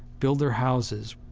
build their houses,